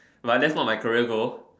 like that's not my career goal